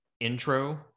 intro